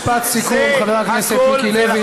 משפט סיכום, חבר הכנסת מיקי לוי.